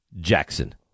Jackson